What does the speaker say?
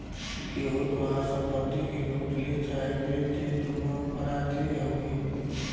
केहू तोहार संपत्ति के लूट ले चाहे बेच दे दुन्नो अपराधे हउवे